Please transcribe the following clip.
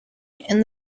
and